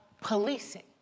policing